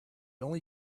only